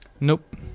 Nope